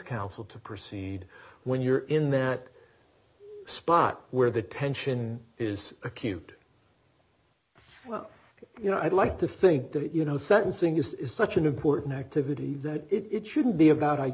counsel to proceed when you're in that spot where the tension is acute you know i'd like to think that you know sentencing is such an important activity that it shouldn't be about i